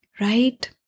right